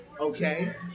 Okay